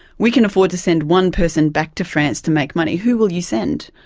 we can afford to send one person back to france to make money who will you send?